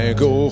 go